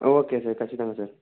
okay sir ఖచ్చితంగా sir